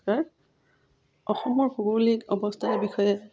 অসমৰ ভৌগোলিক অৱস্থাৰ বিষয়ে